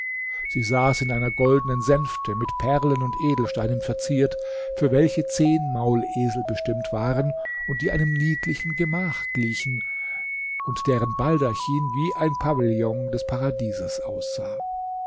sie saß in einer goldnen sänfte mit perlen und edelsteinen verziert für welche zehn maulesel bestimmt waren und die einem niedlichen gemach glich und deren baldachin wie ein pavillon des paradieses aussah